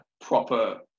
proper